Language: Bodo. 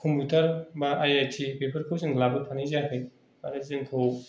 कमपिउटारबा आइ आइ टि बेफोरखौ जोङो लाबोफानाय जायाखै आरो जोंखौ